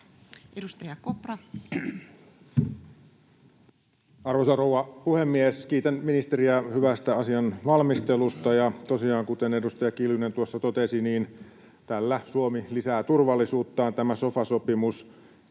Content: Arvoisa rouva puhemies! Kiitän ministeriä hyvästä asian valmistelusta, ja tosiaan, kuten edustaja Kiljunen tuossa totesi, tällä Suomi lisää turvallisuuttaan. Tämä sofa-sopimus